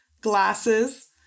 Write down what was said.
glasses